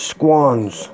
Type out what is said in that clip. Squans